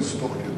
לסמס תוך כדי.